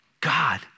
God